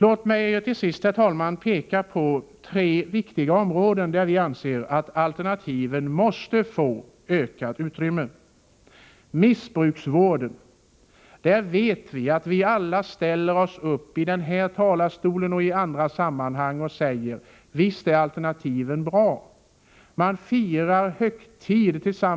Låt mig till sist, herr talman, peka på tre viktiga områden där vi anser att alternativen måste få ökat utrymme. Inom missbruksvården brukar vi som bekant alla från kammarens talarstol och i andra sammanhang deklarera att de alternativa vårdmöjligheterna är bra.